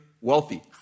wealthy